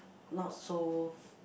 not so